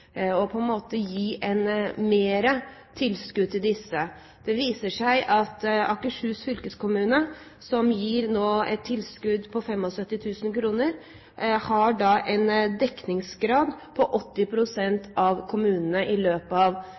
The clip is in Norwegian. og det å gi større tilskudd til disse. Det viser seg at Akershus fylkeskommune, som nå gir et tilskudd på 75 000 kr, har en dekningsgrad på 80 pst. av kommunene i